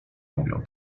mówią